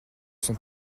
sont